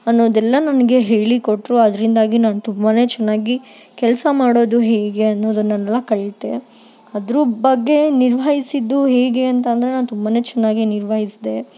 ಅನ್ನೋದೆಲ್ಲ ನನಗೆ ಹೇಳಿಕೊಟ್ಟರು ಅದರಿಂದಾಗಿ ನಾನು ತುಂಬಾ ಚೆನ್ನಾಗಿ ಕೆಲಸ ಮಾಡೋದು ಹೇಗೆ ಅನ್ನೋದನ್ನೆಲ್ಲ ಕಲಿತೆ ಅದ್ರ ಬಗ್ಗೆ ನಿರ್ವಹಿಸಿದ್ದು ಹೇಗೆ ಅಂತ ಅಂದರೆ ನಾನು ತುಂಬಾ ಚೆನ್ನಾಗೆ ನಿರ್ವಹಿಸ್ದೆ